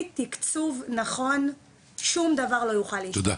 תקצוב נכון שום דבר לא יוכל להשתנות.